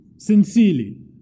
Sincerely